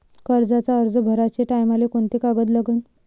कर्जाचा अर्ज भराचे टायमाले कोंते कागद लागन?